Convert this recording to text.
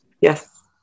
yes